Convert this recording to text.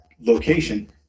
location